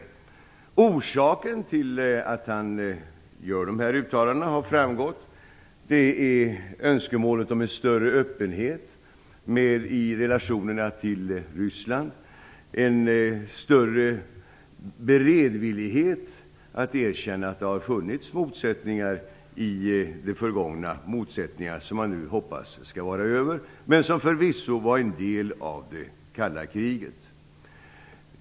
Orsaken till att han gjorde dessa uttalanden var önskemålet om en större öppenhet i relationerna med Ryssland, en större beredvillighet att erkänna att det har funnits motsättningar; motsättningar som man nu hoppas skall vara över, men som förvisso var en del av det kalla kriget.